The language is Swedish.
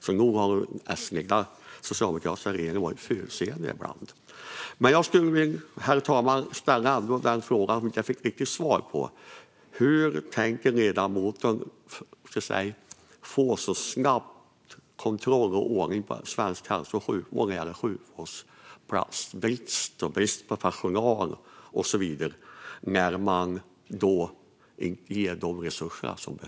Så nog har den socialdemokratiska regeringen varit förutseende ibland. Herr talman! Jag skulle vilja ställa den fråga som jag inte riktigt fick svar på: Hur tänker sig ledamoten att man snabbt ska få kontroll och ordning på svensk hälso och sjukvård när det gäller platsbrist, brist på personal och så vidare när man inte ger de resurser som behövs?